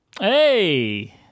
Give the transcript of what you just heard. Hey